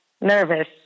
nervous